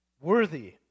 worthy